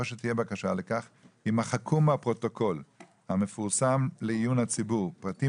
או שתהיה בקשה לכך יימחקו מהפרוטוקול המפורסם לעיון הציבור פרטים